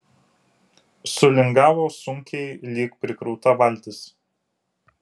sulingavo sunkiai lyg prikrauta valtis